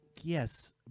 yes